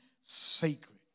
sacred